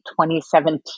2017